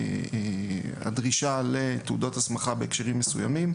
הדרישה לתעודות הסמכה בהקשרים מסוימים.